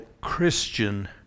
Christian